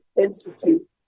Institute